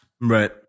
Right